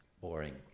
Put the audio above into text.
boring